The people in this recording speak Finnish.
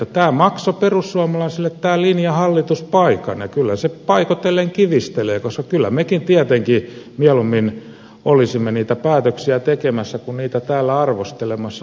tämä linja maksoi perussuomalaisille hallituspaikan ja kyllä se paikoitellen kivistelee koska kyllä mekin tietenkin mieluummin olisimme niitä päätöksiä tekemässä kuin niitä täällä arvostelemassa